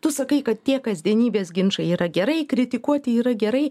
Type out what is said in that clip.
tu sakai kad tie kasdienybės ginčai yra gerai kritikuoti yra gerai